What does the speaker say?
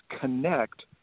connect